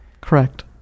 Correct